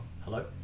Hello